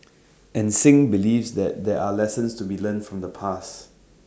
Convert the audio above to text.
and Singh believes that there are lessons to be learnt from the past